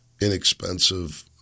inexpensive